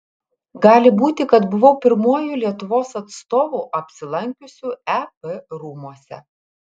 gali būti kad buvau pirmuoju lietuvos atstovu apsilankiusiu ep rūmuose